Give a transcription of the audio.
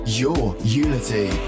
yourunity